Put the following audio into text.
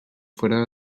farà